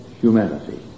humanity